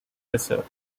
preserved